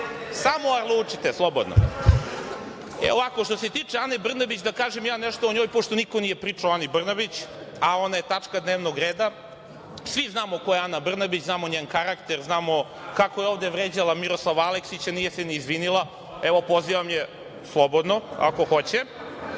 Samo arlaučite slobodno. Što se tiče Ane Brnabić, da kaže ja nešto o njoj, pošto niko nije pričao o Ani Brnabić, a ona je tačka dnevnog reda. Svi znamo ko je Ana Brnabić, znamo njen karakter, znamo kako je ovde vređala Miroslava Aleksića, nije se ni izvinila. Evo, pozivam je slobodno, ako hoće.